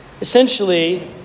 Essentially